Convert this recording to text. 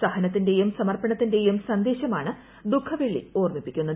സഹനത്തിന്റെയും സമർപ്പണത്തിന്റെയും സന്ദേശമാണ് ദുഖവെള്ളി ഓർമ്മിപ്പിക്കുന്നത്